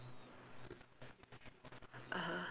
(uh huh)